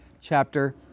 chapter